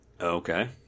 okay